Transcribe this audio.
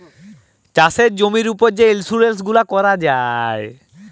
চাষের জমির উপর যে ইলসুরেলস গুলা ক্যরা যায়